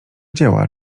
dzieła